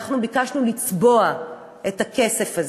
ביקשנו לצבוע את הכסף הזה,